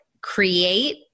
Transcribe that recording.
create